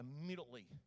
immediately